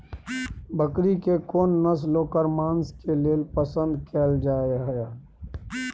बकरी के कोन नस्ल ओकर मांस के लेल पसंद कैल जाय हय?